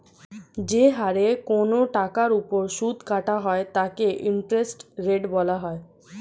যে হারে কোন টাকার উপর সুদ কাটা হয় তাকে ইন্টারেস্ট রেট বলা হয়